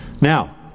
Now